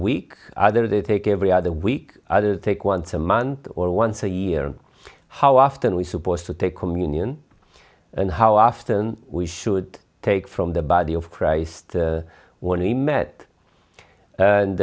week either they take every other week other take once a month or once a year how often we supposed to take communion and how often we should take from the body of christ when we met